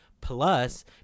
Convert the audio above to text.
plus